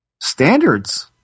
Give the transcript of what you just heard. Standards